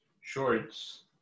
shorts